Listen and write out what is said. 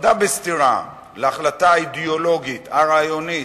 שעמדה בסתירה להחלטה האידיאולוגית הרעיונית,